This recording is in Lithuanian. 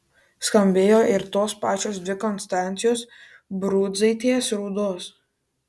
skambėjo ir tos pačios dvi konstancijos brundzaitės raudos